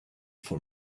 for